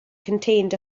contained